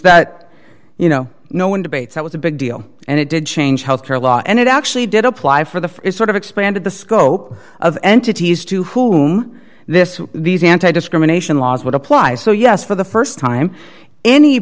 that you know no one debates that was a big deal and it did change health care law and it actually did apply for the sort of expanded the scope of entities to whom this these anti discrimination laws would apply so yes for the st time any